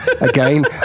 again